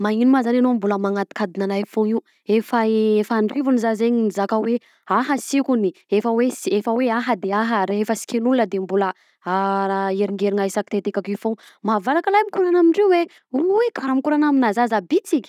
Magnino ma zany enao mbola manadikadina anahy io foagna io? Efa e- efa andrivony zah zegny mizaka hoe aha sy tiako ani efa hoe sia, efa hoe aha de aha rehefa sy tian'olona de mbola a- aheringerina isaky teteka ake foagna mahavalaka lahy mikorana amindreo e! Oy! Karaha mikorana aminà zaza bitsiky.